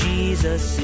Jesus